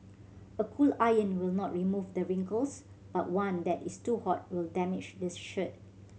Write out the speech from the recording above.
a cool iron will not remove the wrinkles but one that is too hot will damage this shirt